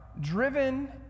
driven